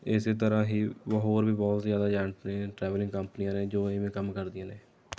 ਇਸੇ ਤਰ੍ਹਾਂ ਹੀ ਹੋਰ ਵੀ ਬਹੁਤ ਹੀ ਜ਼ਿਆਦਾ ਏਜੰਟ ਨੇ ਟਰੈਵਲਿੰਗ ਕੰਪਨੀਆਂ ਨੇ ਜੋ ਇਵੇਂ ਕੰਮ ਕਰਦੀਆਂ ਨੇ